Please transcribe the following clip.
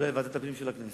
אולי לוועדת הפנים של הכנסת.